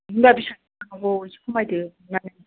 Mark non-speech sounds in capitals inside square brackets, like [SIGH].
होनबा [UNINTELLIGIBLE] औ एसे खमायदो